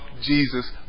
Jesus